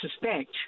suspect